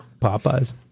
Popeye's